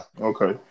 Okay